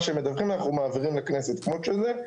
אנחנו מעבירים לכנסת כמות שזה,